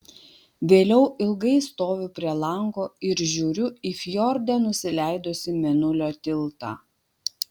vėliau ilgai stoviu prie lango ir žiūriu į fjorde nusileidusį mėnulio tiltą